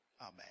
Amen